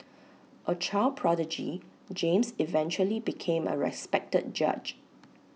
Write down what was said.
A child prodigy James eventually became A respected judge